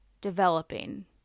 developing